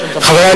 חברי,